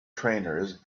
trainers